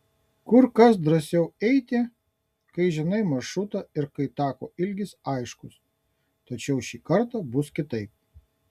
kur kas drąsiau eiti kai žinai maršrutą ir kai tako ilgis aiškus tačiau šį kartą bus kitaip